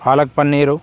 palak paneer